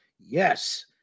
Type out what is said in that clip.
yes